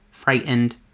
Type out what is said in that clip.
frightened